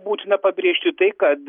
būtina pabrėžti tai kad